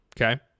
Okay